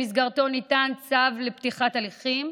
שבמסגרתו ניתן צו לפתיחת הליכים,